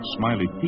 Smiley